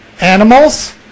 animals